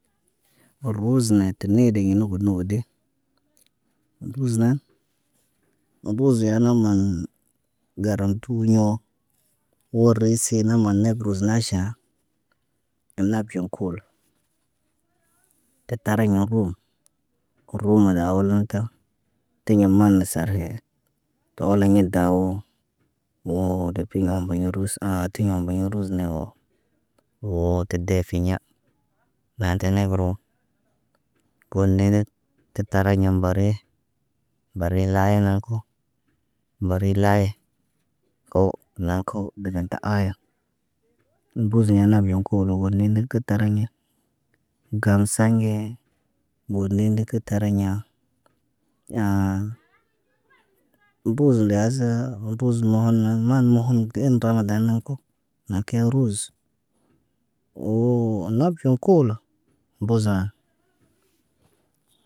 Wo ruzne teniye de yeni got ni wode. Ruz nan, mu mboze naman garaŋg tu ɲõ. Woo risina maana guruz naʃa nab cun koolo kə tariɲ mukumu. Koromuna awlata, tiɲa mana sariye. To oloɲen tawoo. Woo de pina baɲi rus aati baɲ ruz nawo. Woo ti deefiɲa. Maaten negəro kondendet kə tariɲa mbari. Mbari layana naŋg ko, mbari laye. Ko naŋg ko, gadenta aya. Mbuziɲa nab yaŋg koolo woli lil kə tariɲa. Gam saaŋge gondende kə tariɲa. duz leeza duz mohono, man mohono de en ramadan naŋg ko, naŋg ke ruz. Woo nab co koolo mbuzan.